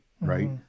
right